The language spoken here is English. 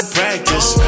practice